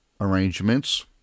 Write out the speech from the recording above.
arrangements